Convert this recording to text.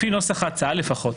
לפי נוסח ההצעה לפחות,